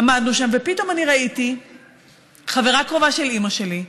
עמדנו שם ופתאום אני ראיתי חברה קרובה של אימא שלי,